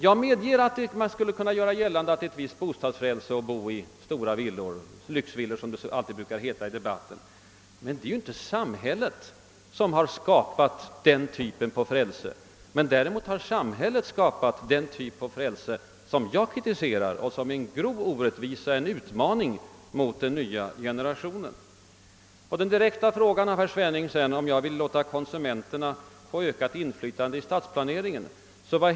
Jag medger att det skulle kunna betraktas som ett visst bostadsfrälse att bo i stora villor, lyxvillor som det alltid brukar heta i debatten. Men samhället har inte skapat och slagit vakt om det frälset. Däremot har samhället skapat den typ av bostadsfrälse som jag kritiserar och som utgör en grov orättvisa och en utmaning mot den nya generationen. Herr Svenning ställde sedan en direkt fråga till mig, om jag vill låta konsumenterna få ökat inflytande på stadsplaneringen.